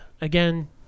Again